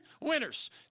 winners